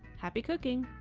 happy cooking!